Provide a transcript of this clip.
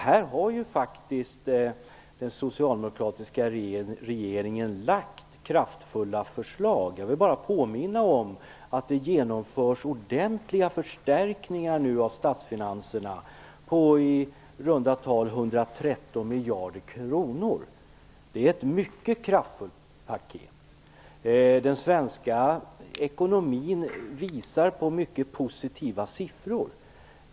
Här har faktiskt den socialdemokratiska regeringen lagt fram kraftfulla förslag. Jag vill bara påminna om att det nu genomförs ordentliga förstärkningar av statsfinanserna på i runda tal 113 miljarder kronor. Det är ett mycket kraftfullt paket. Den svenska ekonomin visar på mycket positiva siffror.